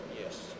Yes